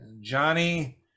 Johnny